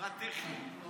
פרט טכני.